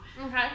Okay